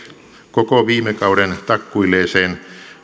koko viime kauden takkuilleeseen